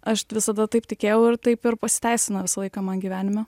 aš visada taip tikėjau ir taip ir pasiteisino visą laiką man gyvenime